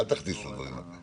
לא, אל תכניסו לו דברים לפה.